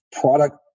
product